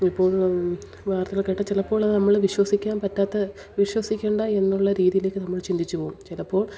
ഇപ്പോഴും വാർത്തകൾ കേട്ടാൽ ചിലപ്പോൾ അത് നമ്മൾ വിശ്വസിക്കാൻ പറ്റാത്ത വിശ്വസിക്കേണ്ട എന്നുള്ള രീതിയിലേക്ക് നമ്മൾ ചിന്തിച്ചു പോകും ചിലപ്പോൾ